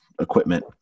equipment